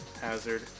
Hazard